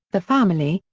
the family,